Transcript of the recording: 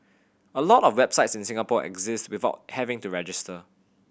a lot of websites in Singapore exist without having to register